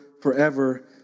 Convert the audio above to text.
forever